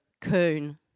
coon